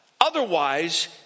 otherwise